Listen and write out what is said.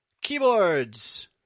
keyboards